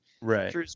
right